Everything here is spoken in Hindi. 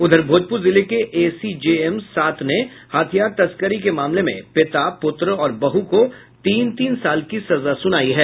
उधर भोजपुर जिले के एसीजेएम सात ने हथियार तस्करी के मामले में पिता पुत्र और बहू को तीन तीन साल की सजा सुनायी है